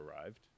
arrived